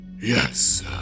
Yes